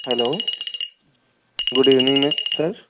hello good evening sir